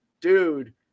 dude